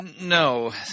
No